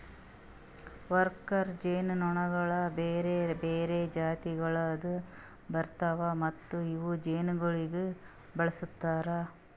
worker ಜೇನುನೊಣಗೊಳ್ ಬೇರೆ ಬೇರೆ ಜಾತಿಗೊಳ್ದಾಗ್ ಬರ್ತಾವ್ ಮತ್ತ ಇವು ಜೇನುಗೊಳಿಗ್ ಬಳಸ್ತಾರ್